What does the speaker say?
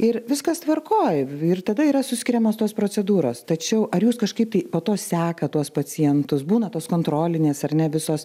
ir viskas tvarkoj ir tada yra suskiriamos tos procedūros tačiau ar jūs kažkaip po to sekat tuos pacientus būna tos kontrolinės ar ne visos